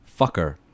Fucker